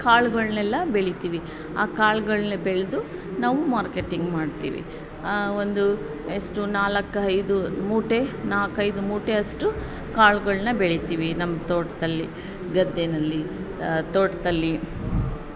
ಕಾಳುಗಳ್ನೆಲ್ಲಾ ಬೆಳಿತೀವಿ ಆ ಕಾಳುಗಳ್ನ ಬೆಳೆದು ನಾವು ಮಾರ್ಕೆಟಿಂಗ್ ಮಾಡ್ತೀವಿ ಒಂದು ಎಷ್ಟು ನಾಲ್ಕೈದು ಮೂಟೆ ನಾಲ್ಕೈದು ಮೂಟೆಯಷ್ಟು ಕಾಳುಗಳ್ನ ಬೆಳಿತೀವಿ ನಮ್ಮ ತೋಟದಲ್ಲಿ ಗದ್ದೆಯಲ್ಲಿ ತೋಟದಲ್ಲಿ